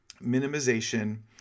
minimization